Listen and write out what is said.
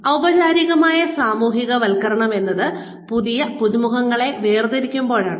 ഔപചാരികമായ സാമൂഹ്യവൽക്കരണം എന്നത് പുതിയ പുതുമുഖങ്ങളെ വേർതിരിക്കുമ്പോഴാണ്